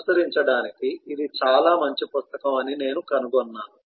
అనుసరించడానికి ఇది చాలా మంచి పుస్తకం అని నేను కనుగొన్నాను